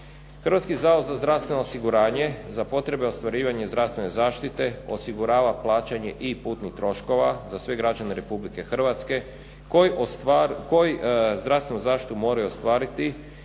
Hrvatski zavod za zdravstveno osiguranje za potrebe ostvarivanja zdravstvene zaštite osigurava plaćanje i putnih troškova za sve građane RH koji zdravstvenu zaštitu moraju ostvariti